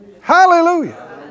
Hallelujah